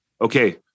Okay